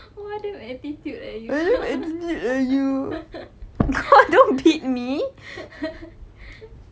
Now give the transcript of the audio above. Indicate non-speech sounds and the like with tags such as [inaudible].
why do you attitude eh you [laughs]